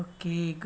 Okay